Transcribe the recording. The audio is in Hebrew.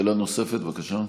שאלה נוספת, בבקשה.